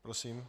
Prosím.